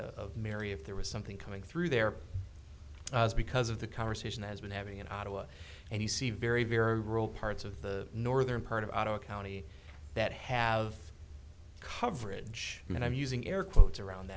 of mary if there was something coming through there is because of the conversation has been having in iowa and you see very very rural parts of the northern part of our county that have coverage and i'm using air quotes around